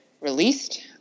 released